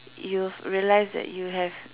you've realize that you have